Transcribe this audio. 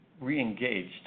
re-engaged